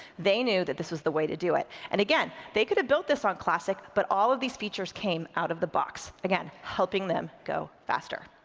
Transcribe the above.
they knew that this was the way to do it, and again, they could've built this on classic, but all of these features came out of the box. again, helping them go faster.